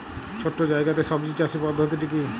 ছোট্ট জায়গাতে সবজি চাষের পদ্ধতিটি কী?